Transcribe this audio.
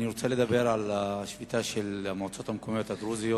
אני רוצה לדבר על השביתה של המועצות המקומיות הדרוזיות